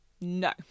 No